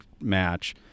match